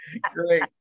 great